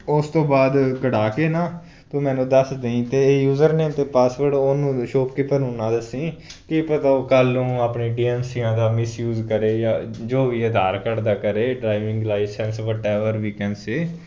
ਉਸ ਤੋਂ ਬਾਅਦ ਕਢਾ ਕੇ ਨਾ ਤੂੰ ਮੈਨੂੰ ਦੱਸ ਦੇਈਂ ਅਤੇ ਇਹ ਯੂਜ਼ਰ ਨੇਮ ਅਤੇ ਪਾਸਵਰਡ ਉਹਨੂੰ ਸ਼ੋਪਕੀਪਰ ਨੂੰ ਨਾ ਦੱਸੀ ਕੀ ਪਤਾ ਉਹ ਕੱਲ੍ਹ ਨੂੰ ਆਪਣੀ ਡੀ ਐਮ ਸੀ ਆਂ ਦਾ ਮਿਸ ਯੂਜ ਕਰੇ ਜਾਂ ਜੋ ਵੀ ਆਧਾਰ ਕਾਰਡ ਦਾ ਕਰੇ ਡਰਾਈਵਿੰਗ ਲਾਈਸੈਂਸ ਵੱਟਐਵਰ ਵੀ ਕੈਂਨ ਸੇ